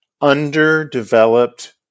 underdeveloped